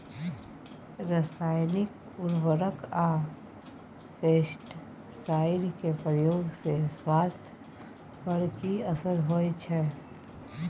रसायनिक उर्वरक आ पेस्टिसाइड के प्रयोग से स्वास्थ्य पर कि असर होए छै?